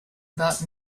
about